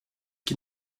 qui